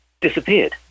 disappeared